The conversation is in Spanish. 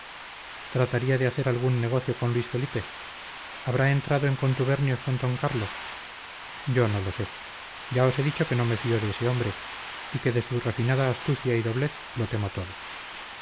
trataría de hacer algún negocio con luis felipe habrá entrado en contubernios con d carlos yo no lo sé ya os he dicho que no me fío de ese hombre y que de su refinada astucia y doblez lo temo todo